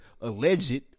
alleged